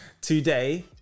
today